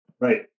Right